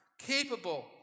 capable